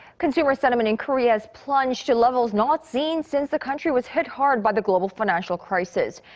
consumer sentiment in korea has plunged to levels not seen since the country was hit hard by the global financial crisis.